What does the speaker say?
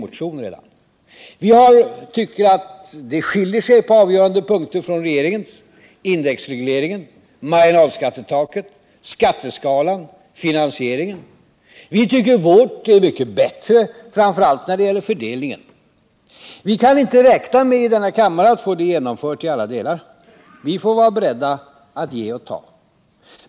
Det skiljer sig på avgörande punkter från regeringens — indexregleringen, marginalskattetaket, skatteskalan, finansieringen. Vi tycker vårt är mycket bättre, framför allt när det gäller fördelningen. Vi kan inte räkna med att i denna kammare få det genomfört i alla delar. Vi får vara beredda att ge och ta.